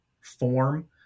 form